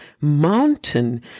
mountain